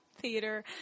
theater